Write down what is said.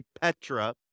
Petra